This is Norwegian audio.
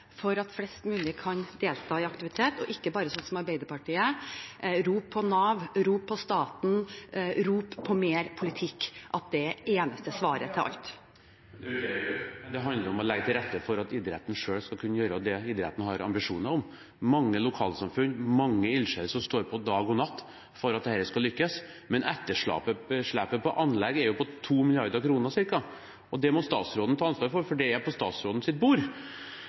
for at flest mulig kan få delta i aktivitet, og ikke bare gjøre som Arbeiderpartiet: rope på Nav, rope på staten, rope på mer politikk, som om det er det eneste svaret på alt. Det er ikke det vi gjør, men det handler om å legge til rette for at idretten selv skal kunne gjøre det idretten har ambisjoner om. Det er mange lokalsamfunn og mange ildsjeler som står på dag og natt for at dette skal lykkes, men etterslepet på anlegg er på ca. 2 mrd. kr, og det må statsråden ta ansvar for, for det er på statsrådens bord.